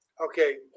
okay